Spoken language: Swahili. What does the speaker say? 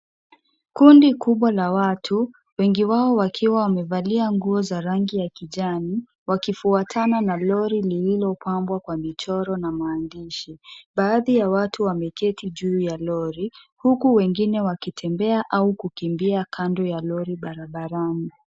Kundi kubwa la watu, wengi wao wakiwa wamevalia nguo za rangi ya kijani wakifuatana na lori lililopambwa Kwa michoro na maandishi . Baadhi ya watu wameketi juu ya Lori huku wengine wakitembea au kukimbia Kando ya lori barabarani.